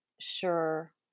sure